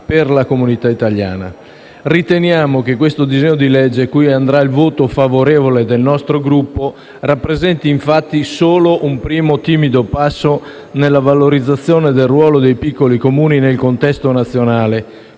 per la comunità italiana. Riteniamo infatti che il disegno di legge, a cui andrà il voto favorevole del nostro Gruppo, rappresenti solo un primo, timido passo nella valorizzazione del ruolo dei piccoli Comuni nel contesto nazionale,